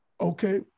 okay